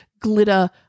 glitter